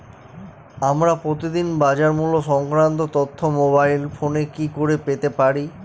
আমরা প্রতিদিন বাজার মূল্য সংক্রান্ত তথ্য মোবাইল ফোনে কি করে পেতে পারি?